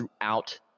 throughout